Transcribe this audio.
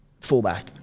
fullback